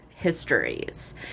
histories